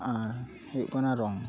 ᱟᱨ ᱦᱩᱭᱩᱜ ᱠᱟᱱᱟ ᱨᱚᱝ